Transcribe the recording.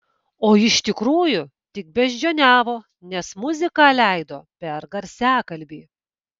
o iš tikrųjų tik beždžioniavo nes muziką leido per garsiakalbį